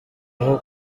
aho